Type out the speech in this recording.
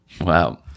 wow